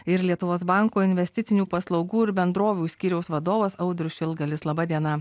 ir lietuvos banko investicinių paslaugų ir bendrovių skyriaus vadovas audrius šilgalis laba diena